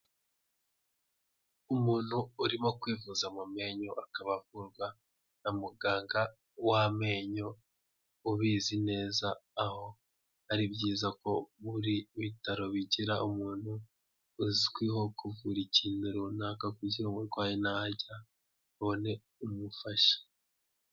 Umuntu urimo kwivuza mu menyo akaba avurwa na muganga w'amenyo ubizi neza, aho ari byiza ko buri bitaro bigira umuntu uzwiho kuvura ikintu runaka kugira umurwayi nahagera abone umufasha.